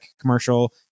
commercial